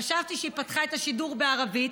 חשבתי שהיא פתחה את השידור בערבית,